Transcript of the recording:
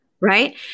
Right